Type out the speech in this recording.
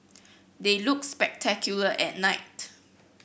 they look spectacular at night